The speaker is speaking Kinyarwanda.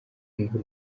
ngo